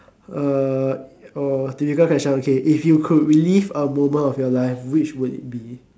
uh oh difficult question okay if you could relive a moment of your life which would it be